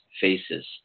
faces